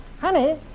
Honey